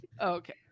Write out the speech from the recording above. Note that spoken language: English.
Okay